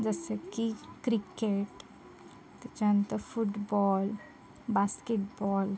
जसं की क्रिकेट त्याच्यानंतर फुटबॉल बास्केटबॉल